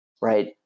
right